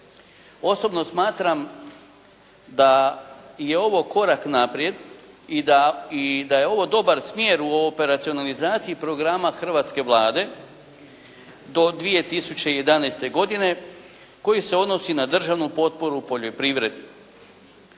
Osobno smatram da je ovo korak naprijed i da je ovo dobar smjer u operacionalizaciji programa hrvatske Vlade do 2011. godine koji se odnosi na državnu potporu u poljoprivredi.